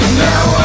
now